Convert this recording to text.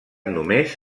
només